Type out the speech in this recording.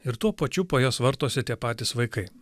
ir tuo pačiu po juos vartosi tie patys vaikai